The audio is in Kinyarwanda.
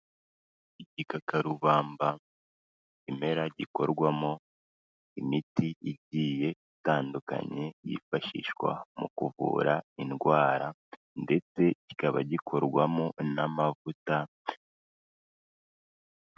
Igikakarubamba ikimera gikorwamo imiti igiye itandukanye, yifashishwa mu kuvura indwara ndetse kikaba gikorwamo n'amavuta.